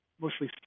mostly